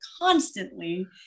constantly